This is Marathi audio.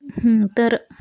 तर